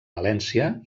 valència